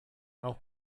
auch